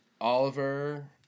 Oliver